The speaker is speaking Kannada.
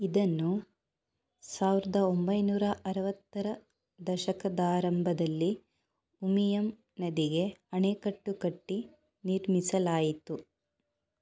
ಇದನ್ನು ಸಾವಿರದ ಒಂಬೈನೂರ ಅರವತ್ತರ ದಶಕದಾರಂಭದಲ್ಲಿ ಉಮಿಯಮ್ ನದಿಗೆ ಅಣೆಕಟ್ಟು ಕಟ್ಟಿ ನಿರ್ಮಿಸಲಾಯಿತು